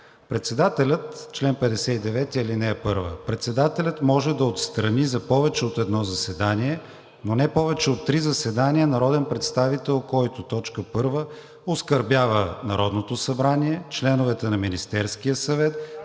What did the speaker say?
Председателят може да отстрани за повече от едно заседание, но не повече от три заседания, народен представител, който: 1. оскърбява Народното събрание, членовете на Министерския съвет,